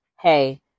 Hey